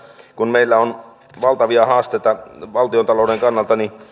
kun meillä on valtavia haasteita valtiontalouden kannalta niin